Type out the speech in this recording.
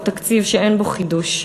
הוא תקציב שאין בו חידוש.